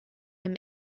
him